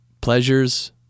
pleasures